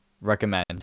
recommend